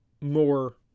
more